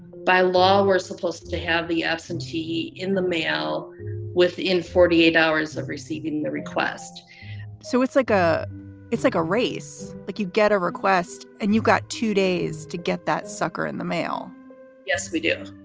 by law, we're supposed to have the absentee in the mail within forty eight hours of receiving the request so it's like a it's like a race, like you get a request and you've got two days to get that sucker in the mail yes, we do.